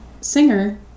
singer